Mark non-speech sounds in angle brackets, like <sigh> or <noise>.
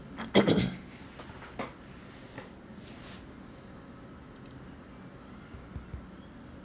<coughs>